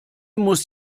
muss